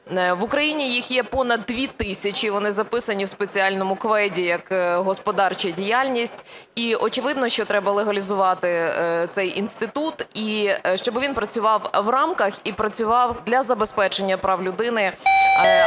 В Україні їх є понад 2 тисячі, вони записані в спеціальному КВЕДі як господарча діяльність. І очевидно, що треба легалізувати цей інститут, і щоб він працював у рамках, і працював для забезпечення прав людини,